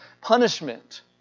punishment